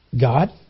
God